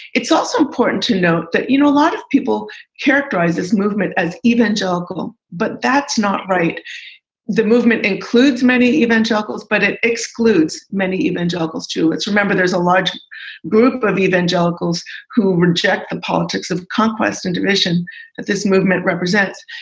it's also important to note that, you know, a lot of people characterize this movement as evangelical, but that's not right the movement includes many evangelicals, but it excludes many evangelicals, too. let's remember, there's a large group of evangelicals who reject the politics of conquest, intuition that this movement represents.